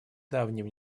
давним